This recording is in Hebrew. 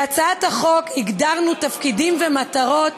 בהצעת החוק הגדרנו תפקידים ומטרות